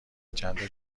چندتا